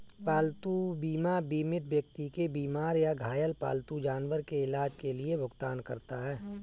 पालतू बीमा बीमित व्यक्ति के बीमार या घायल पालतू जानवर के इलाज के लिए भुगतान करता है